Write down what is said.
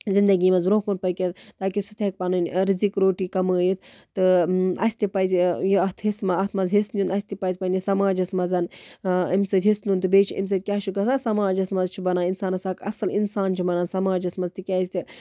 زِندگی منٛز برونٛہہ کُن پٔکِتھ تاکہِ سُہ تہِ ہیٚکہِ پَنٕنۍ رِزِق روٹۍ کَمٲیِتھ تہٕ اَسہِ تہِ پَزِ یہِ اَتھ حصہٕ اتھ منٛز حِصہٕ نیُن اَسہِ تہِ پَزِ پَنٕنِس سَماجَس منٛز أمۍ سۭتۍ حِصہٕ نیُن تہٕ بیٚیہِ چھُ اَمہِ سۭتۍ کیاہ چھُ گژھان سَماجَس منٛز چھُ بَنان اِنسانَس اکھ اَصٕل اَنسان چھُ بَنان سَماجَس منٛز بیٚیہِ چھُ اَمہِ سۭتۍ کیاہ چھُ گژھان سَماجَس منٛز چھُ بَنان اِنسان اکھ اَصٕل اِنسان چھُ بَنان سَماجَس منٛز تِکیازِ تہِ دٮ۪ماغ چھُ